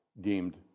deemed